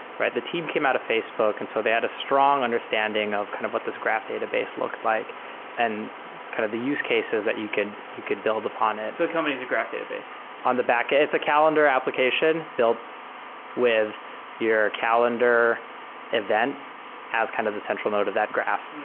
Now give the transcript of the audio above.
the team came out of facebook, and so they had a strong understanding of kind of what this graph database looked like and kind of the use cases that you could you could build upon it so company as a graph database on the back. it's a calendar application built with your calendar event as kind of the central node of that graph.